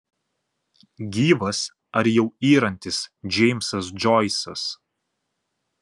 gyvas ar jau yrantis džeimsas džoisas